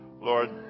Lord